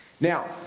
Now